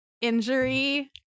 injury